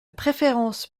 préférence